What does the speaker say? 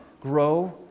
grow